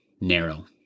narrow